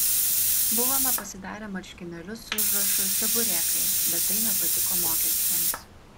buvome pasidarę marškinėlius su užrašu čeburekai bet tai nepatiko mokesčiams